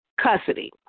custody